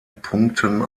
punkten